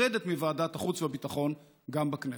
נפרדת מוועדת החוץ והביטחון גם בכנסת.